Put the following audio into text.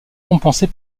compensée